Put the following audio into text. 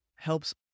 helps